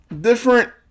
different